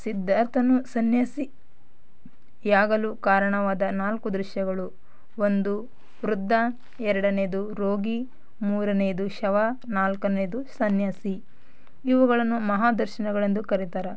ಸಿದ್ಧಾರ್ಥನು ಸನ್ಯಾಸಿಯಾಗಲು ಕಾರಣವಾದ ನಾಲ್ಕು ದೃಶ್ಯಗಳು ಒಂದು ವೃದ್ಧ ಎರಡನೆಯದು ರೋಗಿ ಮೂರನೆಯದು ಶವ ನಾಲ್ಕನೆಯದು ಸನ್ಯಾಸಿ ಇವುಗಳನ್ನು ಮಹಾ ದರ್ಶನಗಳೆಂದು ಕರೀತಾರೆ